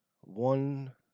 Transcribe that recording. one